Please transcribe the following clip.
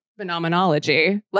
phenomenology